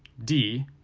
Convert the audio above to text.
d,